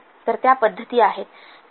तर त्या पद्धती आहेत